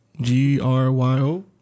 G-R-Y-O